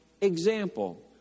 example